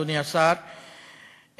אדוני השר,